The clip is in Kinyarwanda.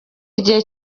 igihe